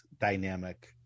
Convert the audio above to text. dynamic